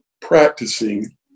Practicing